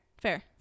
Fair